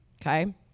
okay